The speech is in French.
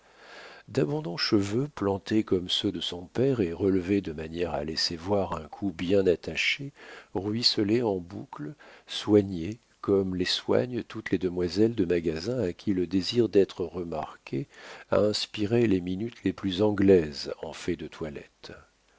rome d'abondants cheveux plantés comme ceux de son père et relevés de manière à laisser voir un cou bien attaché ruisselaient en boucles soignées comme les soignent toutes les demoiselles de magasin à qui le désir d'être remarquées a inspiré les minuties les plus anglaises en fait de toilette